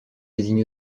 désigne